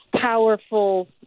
powerful